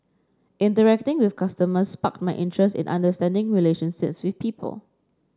interacting with customers sparked my interest in understanding relationships people